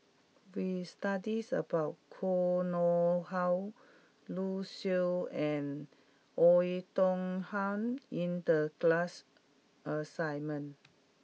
we studys about Koh Nguang How Lu Suitin and Oei Tiong Ham in the class assignment